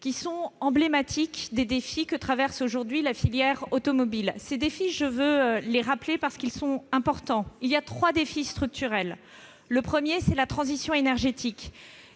Ils sont emblématiques des défis que traverse aujourd'hui la filière automobile. Ces défis, je veux les rappeler parce qu'ils sont importants. Il y a trois défis structurels. Le premier, c'est la transition énergétique.